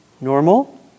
normal